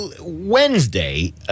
Wednesday